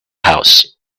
house